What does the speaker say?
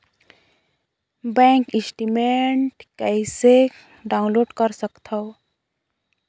Bank statement कइसे download कर सकथव?